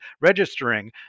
registering